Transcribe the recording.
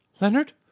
Leonard